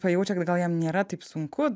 pajaučia kad gal jam nėra taip sunku